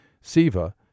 Siva